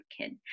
kid